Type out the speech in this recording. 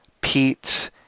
Pete